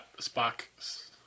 Spock